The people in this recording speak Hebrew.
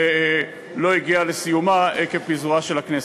ולא הגיעה לסיומה עקב פיזורה של הכנסת.